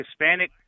Hispanic